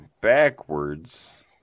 backwards